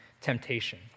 temptation